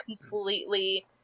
completely